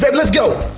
but lets go!